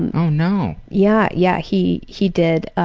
and oh no! yeah, yeah he he did.